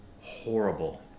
horrible